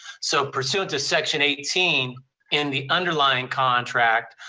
so pursuant of section eighteen in the underlying contract,